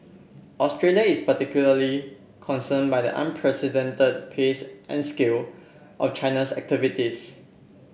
Australia is particularly concern by the unprecedented pace and scale of China's activities